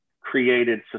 created